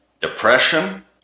depression